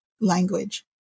language